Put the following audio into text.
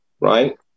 right